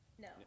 No